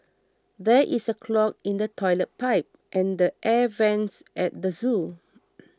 there is a clog in the Toilet Pipe and the Air Vents at the zoo